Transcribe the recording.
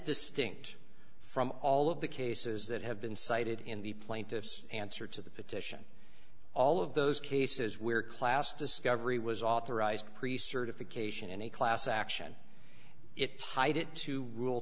distinct from all of the cases that have been cited in the plaintiff's answer to the petition all of those cases where class discovery was authorized priest certification any class action it tied it to rule